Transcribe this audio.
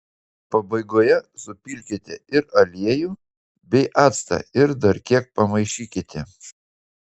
pabaigoje supilkite ir aliejų bei actą ir dar kiek pamaišykite